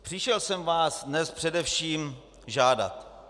Přišel jsem vás dnes především žádat.